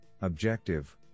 objective